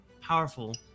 powerful